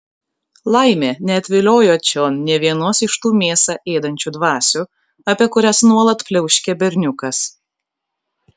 laimė neatviliojo čion nė vienos iš tų mėsą ėdančių dvasių apie kurias nuolat pliauškia berniukas